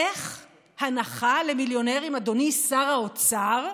איך הנחה למיליונרים, אדוני שר האוצר,